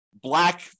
black